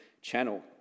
channel